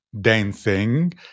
dancing